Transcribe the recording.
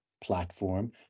platform